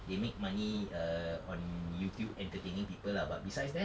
they make money err on YouTube entertaining people lah but besides that